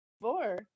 Four